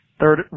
third